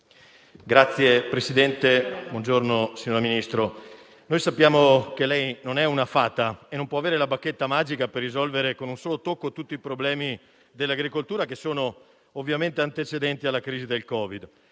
Signor Presidente, signor Ministro, colleghi, noi sappiamo che lei non è una fata e non può avere la bacchetta magica per risolvere con un solo tocco tutti i problemi dell'agricoltura che sono ovviamente antecedenti alla crisi del Covid.